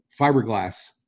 fiberglass